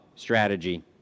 strategy